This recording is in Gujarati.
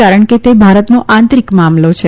કારણ કે તે ભારતનો આંતરિક મામલો છે